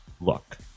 look